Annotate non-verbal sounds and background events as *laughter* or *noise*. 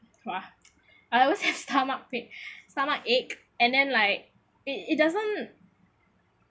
!wah! I always have stomach ache *laughs* stomach ache and then like it it doesn't